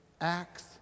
Acts